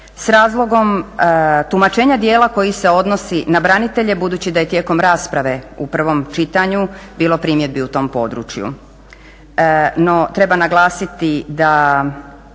s razlogom tumačenja dijela koji se odnosi na branitelje budući da je tijekom rasprave u prvom čitanju bilo primjedbi u tom području. No, treba naglasiti da